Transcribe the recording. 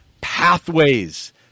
Pathways